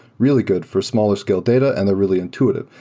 really good for smaller scale data and they're really intuitive.